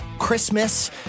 Christmas